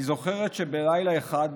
אני זוכרת שבאיזה לילה אחד,